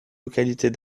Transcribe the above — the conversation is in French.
localités